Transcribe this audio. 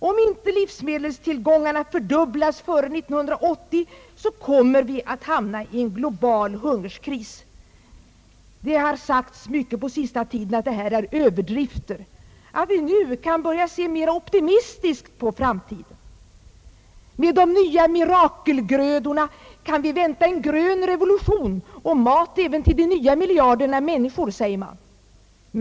Om inte livsmedelstillgångarna fördubblas före 1980, kommer vi att hamna i en global hungerkris. Det har sagts ofta på senaste tiden att detta är överdrifter och att vi nu kan börja se mera optimistiskt på framtiden. Med de nya mirakelgrödorna kan vi vänta en grön revolution och mat även till de nya miljarderna människor, sägs det.